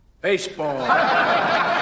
baseball